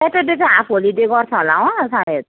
Saturday चाहिँ half holiday गर्छ होला अँ सायद